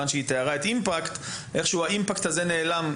היא תיארה את Impact, איכשהו ה-Impact הזה נעלם.